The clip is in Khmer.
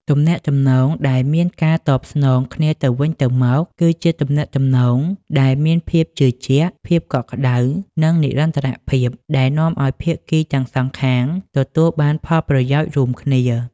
ទំនាក់ទំនងដែលមានការតបស្នងគ្នាទៅវិញទៅមក គឺជាទំនាក់ទំនងដែលមានភាពជឿជាក់ ភាពកក់ក្តៅ និងនិរន្តរភាព ដែលនាំឲ្យភាគីទាំងសងខាងទទួលបានផលប្រយោជន៍រួមគ្នា។